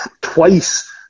twice